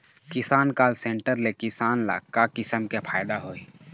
किसान call centre ले किसान ल का किसम के फायदा होही?